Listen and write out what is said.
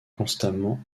constamment